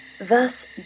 thus